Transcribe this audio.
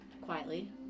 Quietly